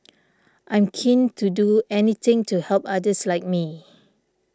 I'm keen to do anything to help others like me